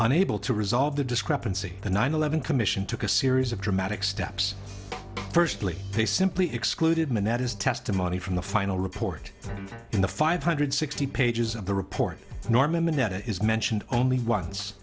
unable to resolve the discrepancy the nine eleven commission took a series of dramatic steps firstly they simply excluded and that is testimony from the final report in the five hundred sixty pages of the report norman that it is mentioned only on